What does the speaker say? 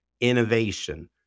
innovation